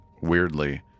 weirdly